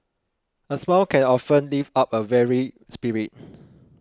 a smile can often lift up a weary spirit